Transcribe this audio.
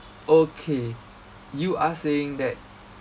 okay you are saying that